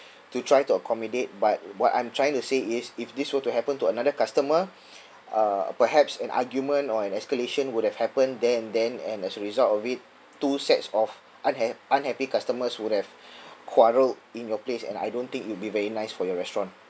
to try to accommodate but what I'm trying to say is if this were to happen to another customer uh perhaps an argument or an escalation would have happened there and then and as a result of it two sets of unhap~ unhappy customers would have quarreled in your place and I don't think it'll be very nice for your restaurant